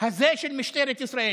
הזה של משטרת ישראל?